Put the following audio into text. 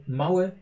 małe